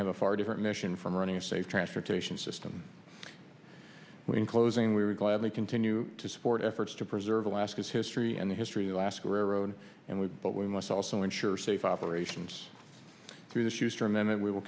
have a far different mission from running a safe transportation system when in closing we would gladly continue to support efforts to preserve alaska's history and history last koran and we but we must also ensure safe operations through the shoes for a minute we will